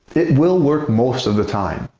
it will work most of the time.